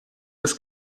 des